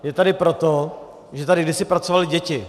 Je tady proto, že tady kdysi pracovaly děti.